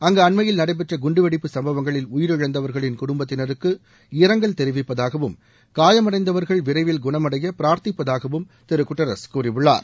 அங்கு அண்மையில் நடைபெற்ற குண்டுவெடிப்பு சம்பவங்களில் உயிரிழந்தவர்களின் குடும்பத்தினருக்கு இரங்கல் தெரிவிப்பதாகவும் காயமடைந்தவர்கள் விரைவில் குணமடைய பிரார்த்திப்பதாகவும் திரு குட்ரஸ் கூறியுள்ளார்